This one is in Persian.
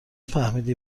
فهمیدی